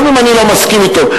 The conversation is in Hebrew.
גם אם אני לא מסכים אתו.